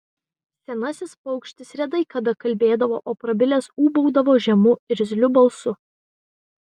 senasis paukštis retai kada kalbėdavo o prabilęs ūbaudavo žemu irzliu balsu